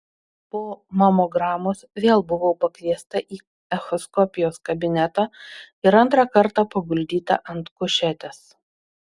po mamogramos vėl buvau pakviesta į echoskopijos kabinetą ir antrą kartą paguldyta ant kušetės